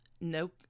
Nope